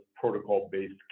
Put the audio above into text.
protocol-based